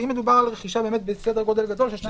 ואם מדובר על רכישה בסדר גודל גדול של 2.5